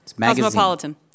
Cosmopolitan